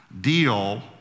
Deal